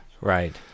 Right